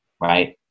right